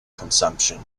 consumption